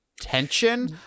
tension